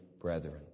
brethren